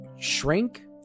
shrink